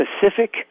specific